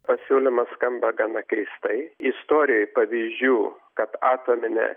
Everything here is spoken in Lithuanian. pasiūlymas skamba gana keistai istorijoj pavyzdžių kad atominę